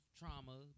trauma